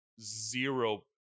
zero